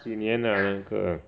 几年 ah 那个